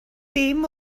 dim